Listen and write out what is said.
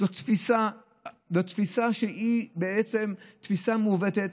זאת תפיסה שהיא בעצם תפיסה מעוותת,